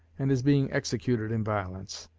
and is being executed in violence.